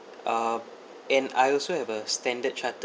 uh and I also have a Standard Chartered